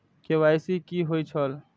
KYC कि होई छल?